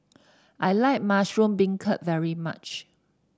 I like Mushroom Beancurd very much